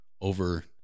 over